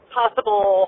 possible